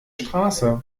straße